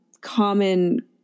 common